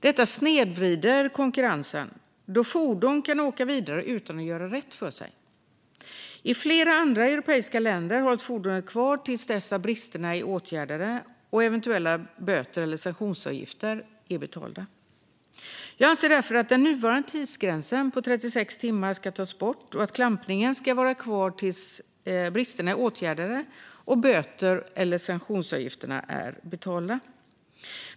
Detta snedvrider konkurrensen, då fordon kan åka vidare utan att göra rätt för sig. I flera andra europeiska länder hålls fordonet kvar till dess att bristerna är åtgärdade och eventuella böter eller sanktionsavgifter är betalda. Jag anser därför att den nuvarande tidsgränsen på 36 timmar ska tas bort och att klampningen ska vara kvar tills bristerna är åtgärdade och böterna eller sanktionsavgifterna är betalda.